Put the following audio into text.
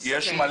יש הרבה